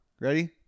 Ready